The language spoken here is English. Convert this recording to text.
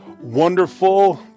wonderful